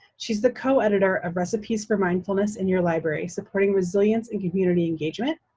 she's the co-editor of recipes for mindfulness in your library supporting resilience and community engagement.